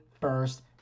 first